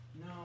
No